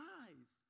eyes